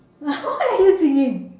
now what are you singing